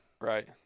Right